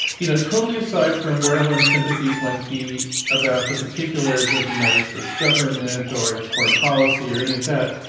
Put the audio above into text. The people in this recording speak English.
you know totally aside from where one's sympathies might be about the particulars of the united states government or its foreign policy or any of that,